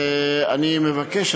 ואני מבקש,